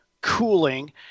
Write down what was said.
cooling